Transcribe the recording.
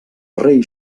rei